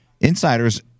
insiders